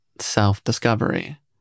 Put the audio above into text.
self-discovery